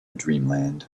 dreamland